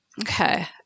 Okay